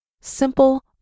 Simple